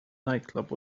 nightclub